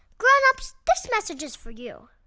grown-ups, this message is for you